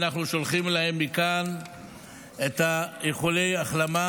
אנחנו שולחים להם מכאן איחולי החלמה,